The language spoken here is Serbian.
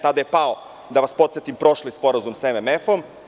Tada je pao, da vas podsetim, prošli sporazum sa MMF-om.